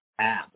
App